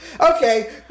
Okay